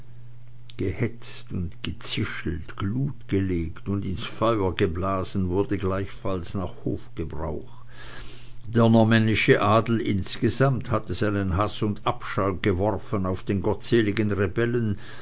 gehetzt und gezischelt glut gelegt und ins feuer geblasen wurde gleichfalls nach hofgebrauch der normännische adel insgesamt hatte seinen haß und abscheu geworfen auf den gottseligen rebellen